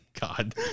god